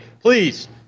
please